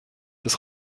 des